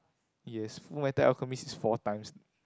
yes Fullmetal-Alchemist is four times